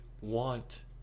want